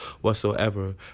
whatsoever